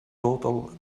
total